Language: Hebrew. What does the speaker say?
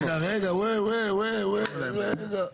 רגע רגע,